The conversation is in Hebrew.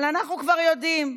אבל אנחנו כבר יודעים,